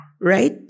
right